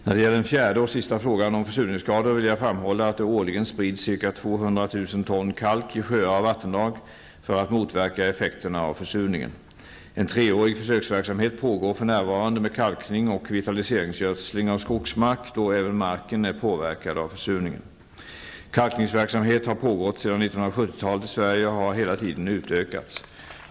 När det gäller den fjärde och sista frågan om försurningsskador vill jag framhålla att det årligen sprids ca 200 000 ton kalk i sjöar och vattendrag för att motverka effekterna av försurningen. En treårig försöksverksamhet pågår för närvarande med kalkning och vitaliseringsgödsling av skogsmark, då även marken är påverkad av försurningen. Kalkningsverksamhet har pågått sedan 1970-talet i Sverige och har hela tiden utökats.